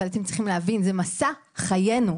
אבל זה מסע חיינו.